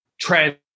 trend